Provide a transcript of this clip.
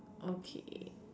okay